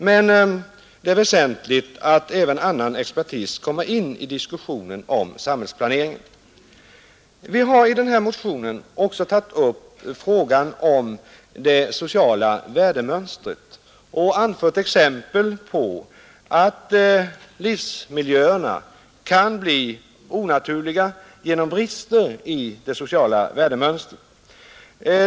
Men det är väsentligt att även annan expertis kommer in i diskussionen om samhällsplaneringen. Vi har i den här motionen också tagit upp frågan om det sociala värdemönstret och anfört exempel på att livsmiljöerna kan bli onaturliga genom brister i det sociala värdemönstret.